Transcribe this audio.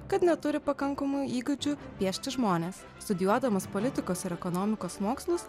kad neturi pakankamų įgūdžių piešti žmones studijuodamas politikos ir ekonomikos mokslus